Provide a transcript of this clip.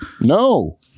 No